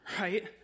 right